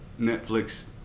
Netflix